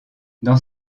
dans